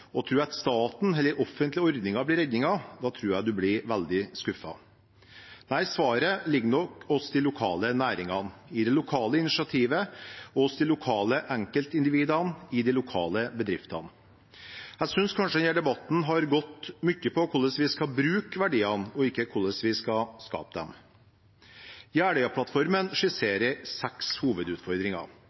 og tror at staten eller offentlige ordninger blir redningen, tror jeg en blir veldig skuffet. Nei, svaret ligger nok hos de lokale næringene, i det lokale initiativet og hos de lokale enkeltindividene, i de lokale bedriftene. Jeg synes kanskje denne debatten har gått mye på hvordan vi skal bruke verdiene, og ikke hvordan vi skal skape dem. Jeløya-plattformen skisserer seks